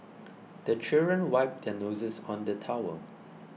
the children wipe their noses on the towel